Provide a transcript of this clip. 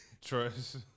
Trust